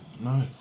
no